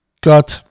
God